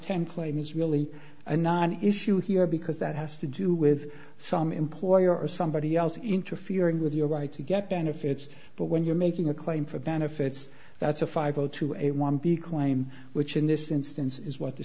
ten claim is really a non issue here because that has to do with some employer or somebody else interfering with your right to get benefits but when you're making a claim for benefits that's a five o two a one b claim which in this instance is what the